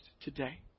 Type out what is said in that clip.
today